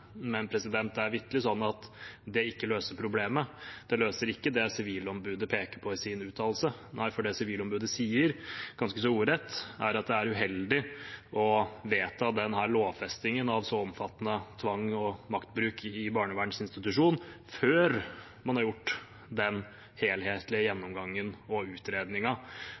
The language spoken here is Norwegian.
Men det er vitterlig sånn at det ikke løser problemet. Det løser ikke det Sivilombudet peker på i sin uttalelse. Nei, for det Sivilombudet sier ganske så ordrett, er at det er uheldig å vedta denne lovfestingen av så omfattende tvangs- og maktbruk i barnevernsinstitusjoner før man har gjort den helhetlige gjennomgangen og